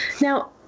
Now